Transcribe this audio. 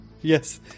Yes